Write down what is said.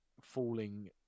falling